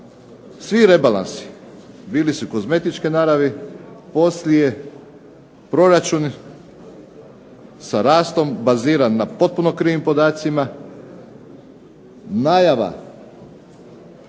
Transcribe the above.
svi rebalansi bili su kozmetičke naravi, poslije proračuni sa rastom baziran na potpuno krivim podacima. Najava